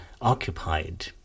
occupied